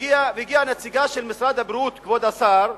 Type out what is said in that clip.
הגיעה נציגה של משרד הבריאות, כבוד השר,